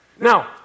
Now